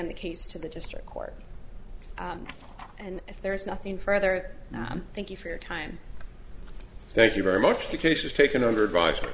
d the case to the district court and if there is nothing further thank you for your time thank you very much the case is taken under advisement